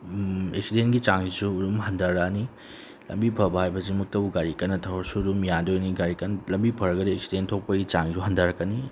ꯑꯦꯛꯁꯤꯗꯦꯟꯒꯤ ꯆꯥꯡꯁꯤꯁꯨ ꯑꯗꯨꯝ ꯍꯟꯊꯔꯛꯑꯅꯤ ꯂꯝꯕꯤ ꯐꯕ ꯍꯥꯏꯕꯁꯤꯃꯛꯇꯕꯨ ꯒꯥꯔꯤ ꯀꯟꯅ ꯊꯧꯔꯁꯨ ꯑꯗꯨꯝ ꯌꯥꯗꯣꯏꯅꯤ ꯒꯥꯔꯤ ꯂꯝꯕꯤ ꯐꯔꯒꯗꯤ ꯑꯦꯛꯁꯤꯗꯦꯟ ꯊꯣꯛꯄꯒꯤ ꯆꯥꯡꯁꯨ ꯍꯟꯊꯔꯛꯀꯅꯤ